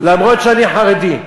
למרות שאני חרדי.